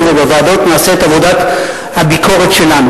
ובוועדות נעשה את עבודת הביקורת שלנו,